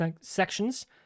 sections